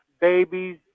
babies